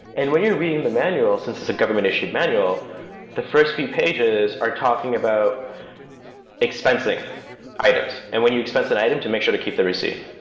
and when you're reading the manual, since it's a government issued manual the first few pages are talking about expensing items. and when you expense an item to make sure to keep the receipt